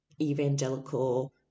evangelical